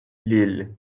lille